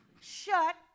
Shut